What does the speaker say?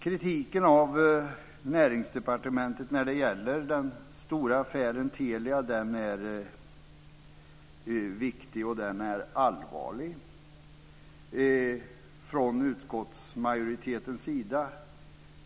Kritiken av Näringsdepartementet när det gäller den stora affären Telia är viktig och allvarlig från utskottsmajoritetens sida.